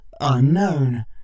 unknown